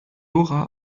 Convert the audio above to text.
dora